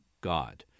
God